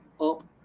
up